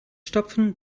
stopfen